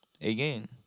Again